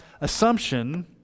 assumption